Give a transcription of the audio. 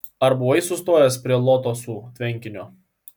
ar buvai sustojęs prie lotosų tvenkinio